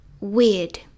weird